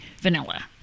vanilla